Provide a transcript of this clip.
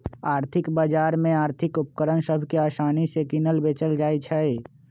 आर्थिक बजार में आर्थिक उपकरण सभ के असानि से किनल बेचल जाइ छइ